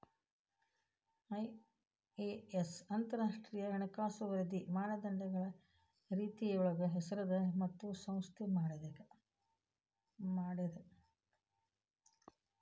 IAS ಅಂತರಾಷ್ಟ್ರೇಯ ಹಣಕಾಸು ವರದಿ ಮಾನದಂಡಗಳ ರೇತಿಯೊಳಗ ಹೆಸರದ ಮತ್ತ ಸಂಖ್ಯೆ ಮಾಡೇದ